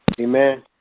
amen